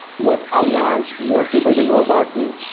what, i want more people to know about me.